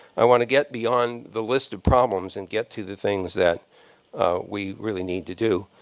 i want to get beyond the list of problems and get to the things that we really need to do.